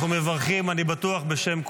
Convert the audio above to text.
אנחנו מברכים, אני בטוח בשם כולם,